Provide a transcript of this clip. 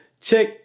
check